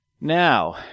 Now